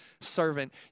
servant